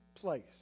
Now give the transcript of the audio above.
place